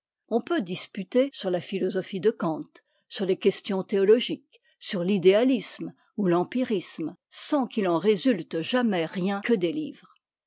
on peut disputer sur la philosophie de kant sur les questions théologiques sur l'idéalisme ou l'empirisme sans qu'il en résulte jamais rien que des livres